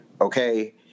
okay